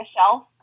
shelf